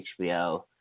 HBO